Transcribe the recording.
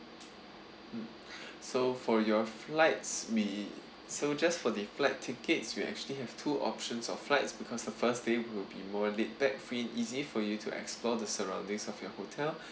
mm so for your flights we so just for the flight tickets we actually have two options of flights because the first day will be more laid back free and easy for you to explore the surroundings of your hotel